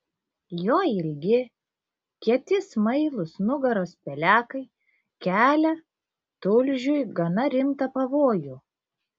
jo ilgi kieti smailūs nugaros pelekai kelia tulžiui gana rimtą pavojų